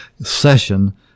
session